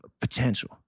potential